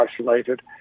isolated